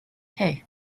hey